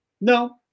No